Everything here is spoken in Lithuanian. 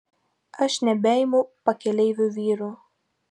aš nebeimu pakeleivių vyrų